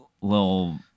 little